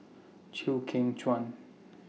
Chew Kheng Chuan